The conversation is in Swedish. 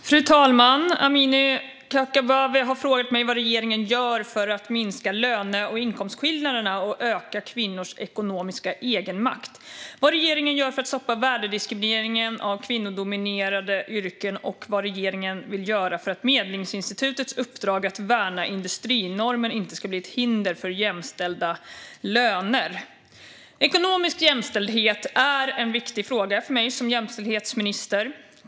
Fru talman! Amineh Kakabaveh har frågat mig vad regeringen gör för att minska löne och inkomstskillnaderna och öka kvinnors ekonomiska egenmakt, vad regeringen gör för att stoppa värdediskrimineringen av kvinnodominerade yrken och vad regeringen vill göra för att Medlingsinstitutets uppdrag att värna industrinormen inte ska bli ett hinder för jämställda löner. Ekonomisk jämställdhet är en viktig fråga för mig som jämställdhetsminister.